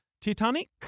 Titanic